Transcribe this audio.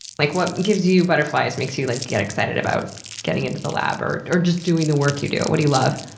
like what gives you butterflies? makes you like get excited about getting into the lab, or or just doing the work you do? what do you love?